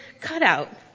cutout